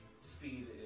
speed